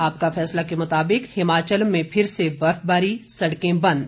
आपका फैसला के मुताबिक हिमाचल में फिर से बर्फबारी सड़कें बंद